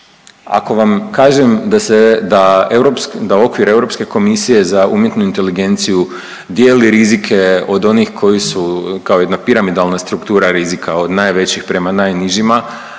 Ako vam kažem da se, da okvir Europske komisije za umjetnu inteligenciju dijeli rizike od onih koji su kao jedna piramidalna struktura rizika od najvećih prema najnižima,